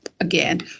again